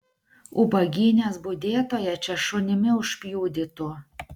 ubagynės budėtoją čia šunimi užpjudytų